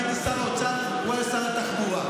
אני הייתי שר האוצר והוא היה שר התחבורה.